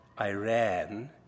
Iran